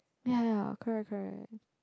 ya ya correct correct